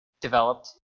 developed